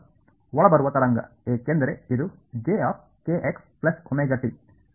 ಒಳಬರುವ ತರಂಗ ಏಕೆಂದರೆ ಇದು ಸರಿ